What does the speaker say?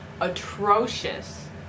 atrocious